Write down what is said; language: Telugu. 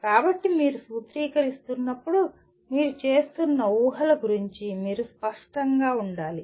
కాబట్టి మీరు సూత్రీకరిస్తున్నప్పుడు మీరు చేస్తున్న ఊహల గురించి మీరు స్పష్టంగా ఉండాలి